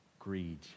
Greed